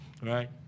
Right